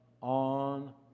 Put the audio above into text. on